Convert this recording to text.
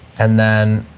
and then